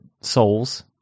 souls